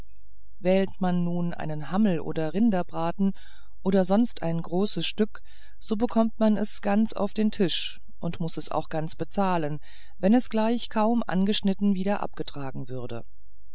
wählt man nun einen hammel oder rinderbraten oder sonst ein großes stück so bekommt man es ganz auf den tisch und muß es auch ganz bezahlen wenn es gleich kaum angeschnitten wieder abgetragen würde